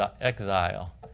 exile